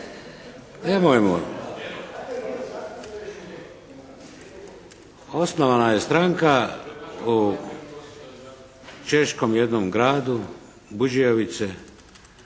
Osnovana je stranka u Češkom jednom gradu, Bžjavice,